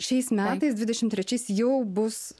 šiais metais dvidešim trečiais jau bus